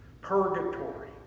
Purgatory